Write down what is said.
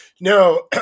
No